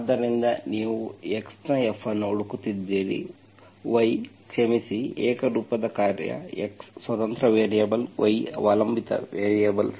ಆದ್ದರಿಂದ ನೀವು x ನ F ಅನ್ನು ಹುಡುಕುತ್ತಿದ್ದೀರಿ y ಕ್ಷಮಿಸಿ ಏಕರೂಪದ ಕಾರ್ಯ x ಸ್ವತಂತ್ರ ವೇರಿಯಬಲ್ y ಅವಲಂಬಿತ ವೇರಿಯೇಬಲ್